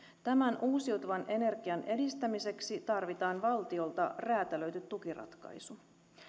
tämän uusiutuvan energian edistämiseksi tarvitaan valtiolta räätälöity tukiratkaisu